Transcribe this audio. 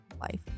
life